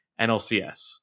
NLCS